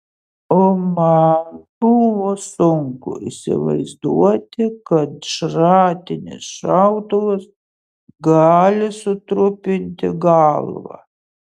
o man buvo sunku įsivaizduoti kad šratinis šautuvas gali sutrupinti galvą